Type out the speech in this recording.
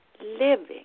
living